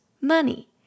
money